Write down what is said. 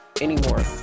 anymore